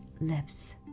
lips